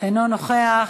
אינו נוכח.